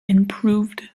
improved